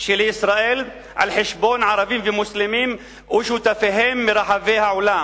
של ישראל על חשבון ערבים ומוסלמים ושותפיהם מרחבי העולם,